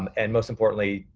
and most importantly,